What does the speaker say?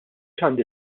għandi